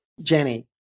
Jenny